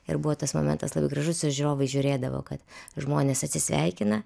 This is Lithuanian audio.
ir buvo tas momentas labai gražus žiūrovai žiūrėdavo kad žmonės atsisveikina